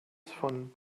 von